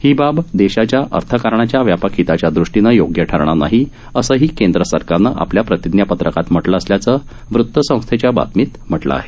ही बाब देशाच्या अर्थकारणाच्या व्यापक हिताच्यादृष्टीनं हिताची ठरणार नाही असंही केंद्र सरकारनं आपल्या प्रतिज्ञापत्रकात म्हटलं असल्याचं वृत्तसंस्थेच्या बातमीत म्हटलं आहे